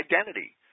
identity